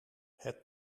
het